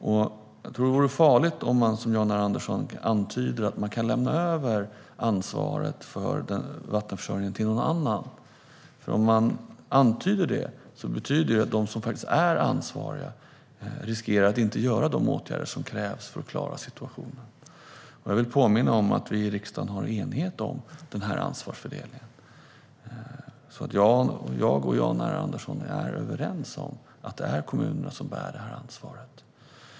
Det vore nog farligt om man - som Jan R Andersson antyder - lämnar över ansvaret för vattenförsörjningen till någon annan. Om man antyder det betyder det att de som faktiskt är ansvariga inte vidtar de åtgärder som krävs för att klara situationen. Jag vill påminna om att vi i riksdagen har en enighet om ansvarsfördelningen. Jag och Jan R Andersson är överens om att det är kommunerna som bär ansvaret.